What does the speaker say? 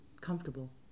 comfortable